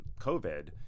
COVID